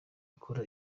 akora